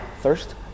first